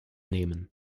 nehmen